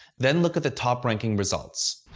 then look at the top ranking results.